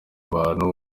abantu